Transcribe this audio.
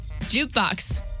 Jukebox